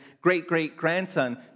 great-great-grandson